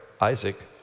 Isaac